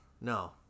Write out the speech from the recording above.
No